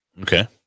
Okay